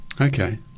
Okay